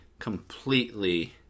completely